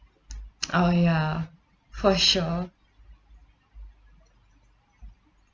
oh ya for sure